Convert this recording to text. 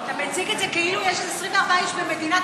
אתה מציג את זה כאילו יש 24 איש במדינת